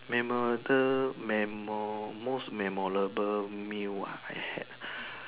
memorable memory most memorable meal ah I had